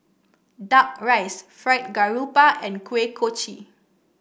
duck rice Fried Garoupa and Kuih Kochi